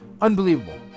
unbelievable